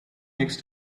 next